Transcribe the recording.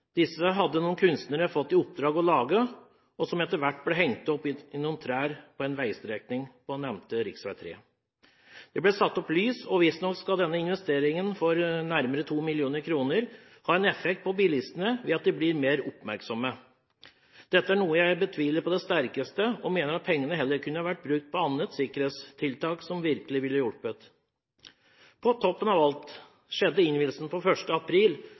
Disse hadde noen kunstnere fått i oppdrag å lage, og gevirene ble etter hvert hengt opp i noen trær på en veistrekning på nevnte rv. 3. Det ble satt opp lys, og visstnok skal denne investeringen på nærmere 2 mill. kr ha en effekt på bilistene ved at de blir mer oppmerksomme. Dette er noe jeg betviler på det sterkeste, og jeg mener at pengene heller kunne vært brukt på andre sikkerhetstiltak som virkelig ville hjulpet. På toppen av alt skjedde innvielsen på 1. april,